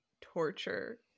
torture